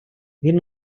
він